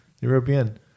European